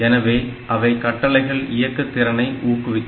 எனவே அவை கட்டளைகள் இயக்கு திறனை ஊக்குவிக்கும்